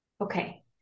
Okay